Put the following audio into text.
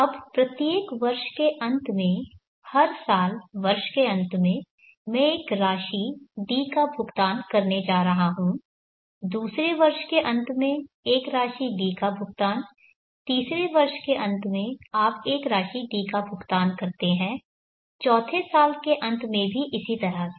अब प्रत्येक वर्ष के अंत में हर साल वर्ष के अंत में मैं एक राशि D का भुगतान करने जा रहा हूं दूसरे वर्ष के अंत में एक राशि D का भुगतान तीसरे वर्ष के अंत में आप एक राशि D का भुगतान करते हैं चौथे साल के अंत में भी इसी तरह से